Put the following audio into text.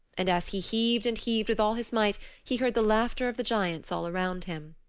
and as he heaved and heaved with all his might he heard the laughter of the giants all round him.